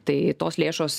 tai tos lėšos